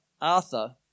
Arthur